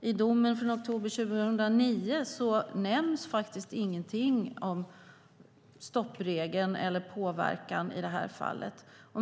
I domen från oktober 2009 nämns faktiskt ingenting om stoppregeln eller påverkan i detta fall.